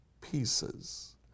pieces